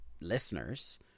listeners